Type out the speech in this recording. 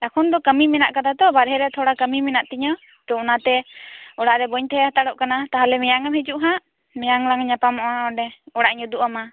ᱮᱠᱷᱚᱱ ᱫᱚ ᱠᱟᱹᱢᱤ ᱢᱮᱱᱟᱜ ᱟᱛᱚ ᱵᱟᱦᱨᱮ ᱛᱷᱚᱲᱟ ᱢᱮᱱᱟᱜ ᱛᱤᱧᱟᱹ ᱚᱱᱟᱛᱮ ᱚᱲᱟᱜ ᱨᱮ ᱵᱟᱹᱧ ᱛᱟᱦᱮᱸ ᱦᱟᱛᱟᱲᱚᱜ ᱠᱟᱱᱟ ᱛᱟᱦᱚᱞᱮ ᱢᱮᱭᱟᱝ ᱮᱢ ᱦᱤᱡᱩᱜᱼᱟ ᱦᱟᱜ ᱢᱮᱭᱟᱝ ᱞᱟᱝ ᱧᱟᱯᱟᱢᱚᱜᱼᱟ ᱚᱸᱰᱮ ᱚᱲᱟᱜ ᱤᱧ ᱩᱫᱩᱜ ᱟᱢᱟ